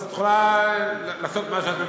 את יכולה לעשות מה שאת מבינה.